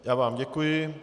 Já vám děkuji.